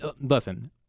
Listen